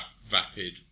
vapid